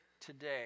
today